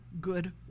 good